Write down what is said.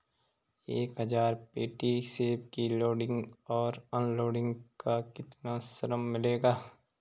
एक हज़ार पेटी सेब की लोडिंग और अनलोडिंग का कितना श्रम मिलेगा?